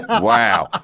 Wow